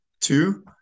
two